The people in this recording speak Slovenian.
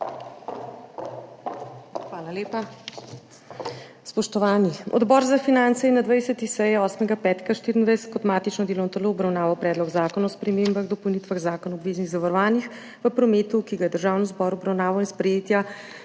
Hvala lepa. Spoštovani! Odbor za finance je na 20. seji 8. 5. 2024 kot matično delovno telo obravnaval Predlog zakona o spremembah in dopolnitvah Zakona o obveznih zavarovanjih v prometu, ki ga je Državnemu zboru v obravnavo in sprejetje